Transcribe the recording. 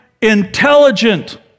intelligent